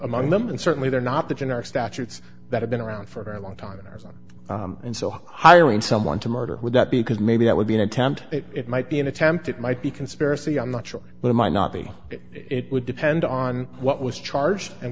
among them and certainly they're not the jinn are statutes that have been around for a long time in arson and so hiring someone to murder would that be because maybe it would be an attempt it might be an attempt it might be conspiracy i'm not sure but it might not be it would depend on what was charged and